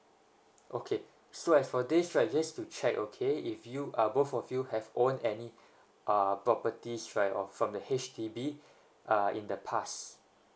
okay so as for this right just to check okay if you are both of you have own any uh properties right off from the H_D_B uh in the past